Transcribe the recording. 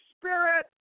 Spirit